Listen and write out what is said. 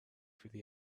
through